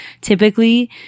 Typically